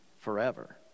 forever